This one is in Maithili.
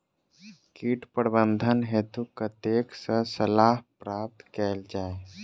कीट प्रबंधन हेतु कतह सऽ सलाह प्राप्त कैल जाय?